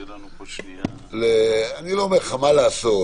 אני לא אומר לך מה לעשות,